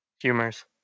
humors